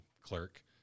clerk